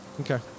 Okay